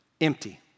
empty